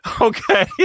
Okay